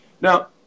Now